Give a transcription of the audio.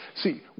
See